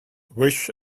wish